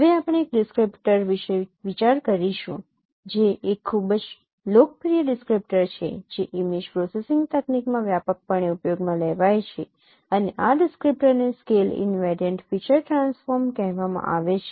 હવે આપણે એક ડિસ્ક્રીપ્ટર વિશે વિચાર કરીશું જે એક ખૂબ જ લોકપ્રિય ડિસ્ક્રીપ્ટર છે જે ઇમેજ પ્રોસેસિંગ તકનીકમાં વ્યાપકપણે ઉપયોગમાં લેવાય છે અને આ ડિસ્ક્રીપ્ટરને સ્કેલ ઈનવેરિયન્ટ ફીચર ટ્રાન્સફોર્મ કહેવામાં આવે છે